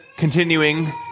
Continuing